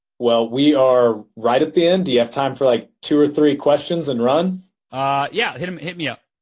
well, we are right at the end. do you have time for like two or three questions and run? hal ah yeah. hit um hit me up.